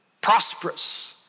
prosperous